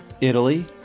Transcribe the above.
Italy